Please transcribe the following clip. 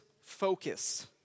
focus